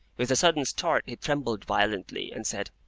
with a sudden start he trembled violently, and said,